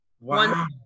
Wow